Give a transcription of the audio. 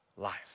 life